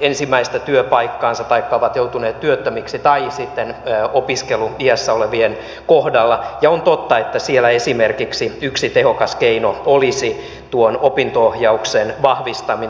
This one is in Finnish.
ensimmäistä työpaikkaansa taikka ovat joutuneet työttömiksi tai sitten opiskeluiässä olevien kohdalla ja on totta että siellä esimerkiksi yksi tehokas keino olisi tuon opinto ohjauksen vahvistaminen